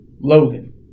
Logan